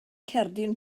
cerdyn